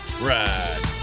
ride